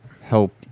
help